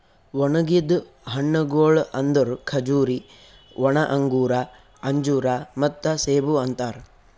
ಒಣುಗಿದ್ ಹಣ್ಣಗೊಳ್ ಅಂದುರ್ ಖಜೂರಿ, ಒಣ ಅಂಗೂರ, ಅಂಜೂರ ಮತ್ತ ಸೇಬು ಅಂತಾರ್